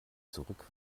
zurück